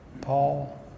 Paul